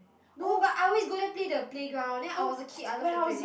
no but I always go there play the playground then I was a kid I love the playground